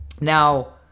now